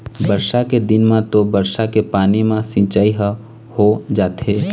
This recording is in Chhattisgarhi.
बरसा के दिन म तो बरसा के पानी म सिंचई ह हो जाथे